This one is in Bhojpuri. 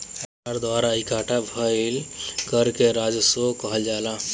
सरकार द्वारा इकट्ठा भईल कर के राजस्व कहल जाला